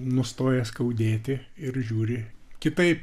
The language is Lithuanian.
nustoja skaudėti ir žiūri kitaip